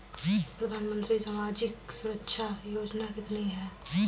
प्रधानमंत्री की सामाजिक सुरक्षा योजनाएँ कितनी हैं?